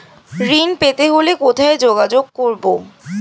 ঋণ পেতে হলে কোথায় যোগাযোগ করব?